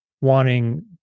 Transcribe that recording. wanting